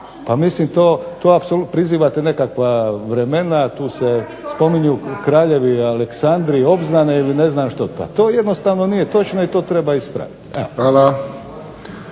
Pa mislim to, prizivate nekakva vremena, tu se spominju kraljevi Aleksandri, obznane ili ne znam što. Pa to jednostavno nije točno i to treba ispraviti. Evo.